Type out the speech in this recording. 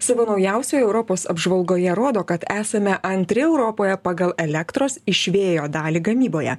savo naujausioje europos apžvalgoje rodo kad esame antri europoje pagal elektros iš vėjo dalį gamyboje